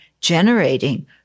generating